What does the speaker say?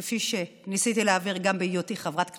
כפי שניסיתי להעביר גם בהיותי חברת כנסת,